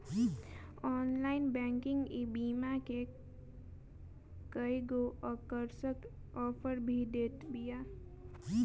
online banking ईबीमा के कईगो आकर्षक आफर भी देत बिया